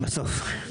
בסוף.